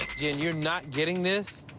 jen, you're not getting this.